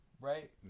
Right